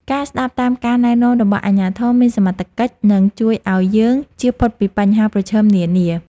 ការស្តាប់តាមការណែនាំរបស់អាជ្ញាធរមានសមត្ថកិច្ចនឹងជួយឱ្យយើងជៀសផុតពីបញ្ហាប្រឈមនានា។